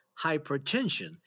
hypertension